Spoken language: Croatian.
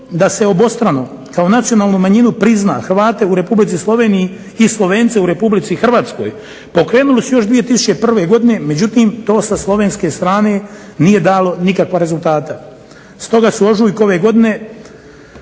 da se obostrano kao nacionalnu manjinu prizna Hrvate u Republici Sloveniji i Slovence u RH pokrenuli su još 2001. godine, međutim to sa slovenske strane nije dalo nikakva rezultata. Stoga su u ožujku ove godine